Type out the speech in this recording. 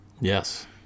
Yes